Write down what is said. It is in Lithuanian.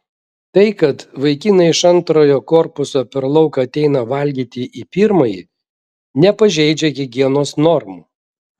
tai kad vaikai iš antrojo korpuso per lauką ateina valgyti į pirmąjį nepažeidžia higienos normų